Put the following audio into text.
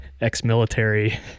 ex-military